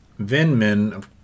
Venmin